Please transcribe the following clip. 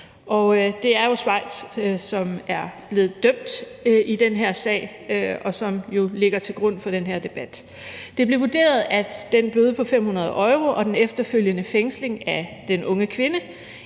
Det er jo Schweiz, som er blevet dømt i den her sag, som jo ligger til grund for den her debat. Det blev vurderet, at den bøde på 500 euro og den efterfølgende fængsling af den unge kvinde